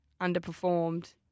underperformed